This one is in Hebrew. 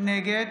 נגד